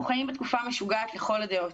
אנחנו חיים בתקופה משוגעת לכל הדעות,